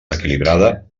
equilibrada